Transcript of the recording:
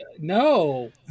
No